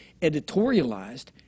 editorialized